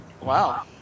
Wow